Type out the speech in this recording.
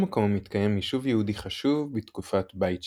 במקום התקיים יישוב יהודי חשוב בתקופת בית שני,